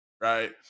right